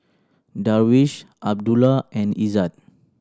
Darwish Abdullah and Izzat